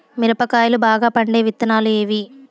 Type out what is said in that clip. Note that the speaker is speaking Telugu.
మిరప కాయలు బాగా పండే విత్తనాలు ఏవి